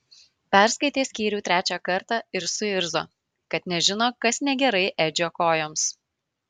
perskaitė skyrių trečią kartą ir suirzo kad nežino kas negerai edžio kojoms